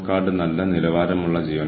ഭാവി എന്തായിരിക്കുമെന്ന് നിങ്ങൾക്കറിയില്ല